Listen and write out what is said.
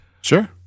Sure